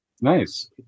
Nice